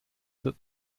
that